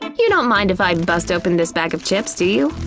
and you don't mind if i bust open this bag of chips, do you?